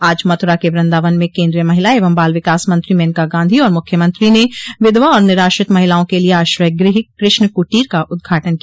आज मथुरा के वृदावन में केन्द्रीय महिला एवं बाल विकास मंत्री मेनका गांधी और मुख्यमंत्री ने विधवा और निराश्रति महिलाओं के लिए आश्रय गृह कृष्ण कुटीर का उद्घाटन किया